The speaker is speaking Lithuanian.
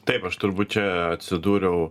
taip aš turbūt čia atsidūriau